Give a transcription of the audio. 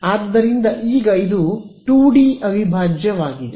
ಆದ್ದರಿಂದ ಈಗ ಇದು 2 ಡಿ ಅವಿಭಾಜ್ಯವಾಗಿದೆ